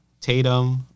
tatum